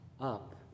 up